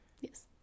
Yes